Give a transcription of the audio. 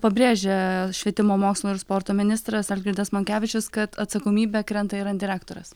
pabrėžia švietimo mokslo ir sporto ministras algirdas monkevičius kad atsakomybė krenta ir ant direktorės